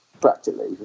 practically